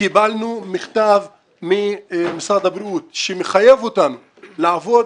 קיבלנו מכתב ממשרד הבריאות שמחייב אותנו לעבוד